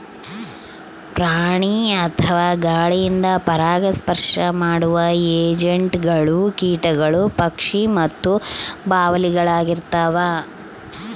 ಪ್ರಾಣಿ ಅಥವಾ ಗಾಳಿಯಿಂದ ಪರಾಗಸ್ಪರ್ಶ ಮಾಡುವ ಏಜೆಂಟ್ಗಳು ಕೀಟಗಳು ಪಕ್ಷಿ ಮತ್ತು ಬಾವಲಿಳಾಗಿರ್ತವ